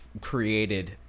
created